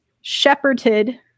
shepherded